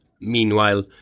Meanwhile